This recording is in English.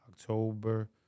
October